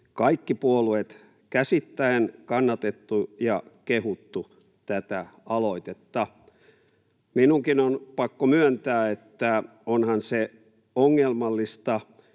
kaikki puolueet käsittäen, kannatettu ja kehuttu tätä aloitetta. Minunkin on pakko myöntää, että onhan se ongelmallista,